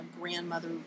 grandmother